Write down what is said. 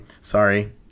Sorry